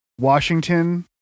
Washington